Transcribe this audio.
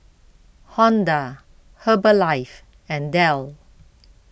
Honda Herbalife and Dell